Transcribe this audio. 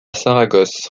saragosse